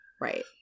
right